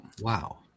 Wow